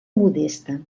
modesta